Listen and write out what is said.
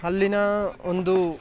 ಅಲ್ಲಿನ ಒಂದು